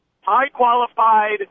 high-qualified